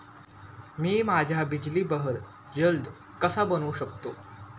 मी माझ्या बिजली बहर जलद कसा बनवू शकतो?